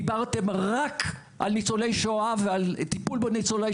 דיברתם רק על ניצולי שואה ועל טיפול בניצולי